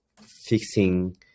fixing